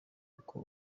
uko